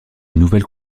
nouvelles